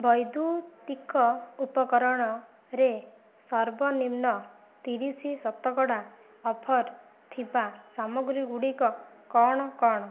ବୈଦ୍ୟୁତିକ ଉପକରଣରେ ସର୍ବନିମ୍ନ ତିରିଶ ଶତକଡ଼ା ଅଫର୍ ଥିବା ସାମଗ୍ରୀ ଗୁଡ଼ିକ କ'ଣ କ'ଣ